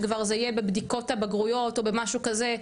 שזה כבר יהיה בבדיקות הבגרויות או משהו כזה,